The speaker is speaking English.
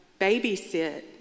babysit